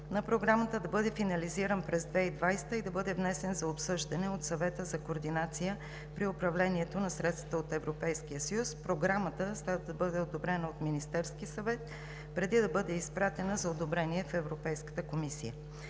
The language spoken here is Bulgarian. на програмата да бъде финализиран през 2020 г. и да бъде внесен за обсъждане от Съвета за координация при управлението на средствата от Европейския съюз. Програмата трябва да бъде одобрена от Министерския съвет, преди да бъде изпратена за одобрение в Европейската комисия.